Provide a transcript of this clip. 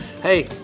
hey